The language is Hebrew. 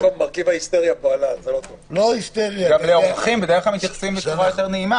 בדרך כלל מתייחסים לאורחים יותר יפה.